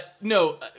No